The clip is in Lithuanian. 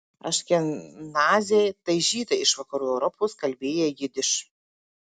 aškenaziai tai žydai iš vakarų europos kalbėję jidiš